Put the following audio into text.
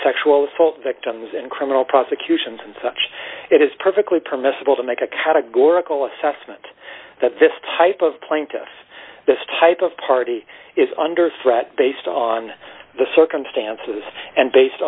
sexual assault victims and criminal prosecutions and such it is perfectly permissible to make a categorical assessment that this type of plaintiff this type of party is under threat based on the circumstances and based